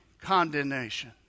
condemnation